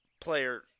player